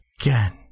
again